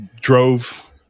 drove